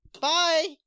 Bye